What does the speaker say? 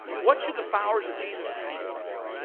what should the followers of jesus christ be doing?